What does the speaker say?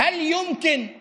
האם יכול להיות